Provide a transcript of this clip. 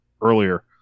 earlier